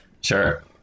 Sure